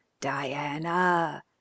diana